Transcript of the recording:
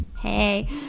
hey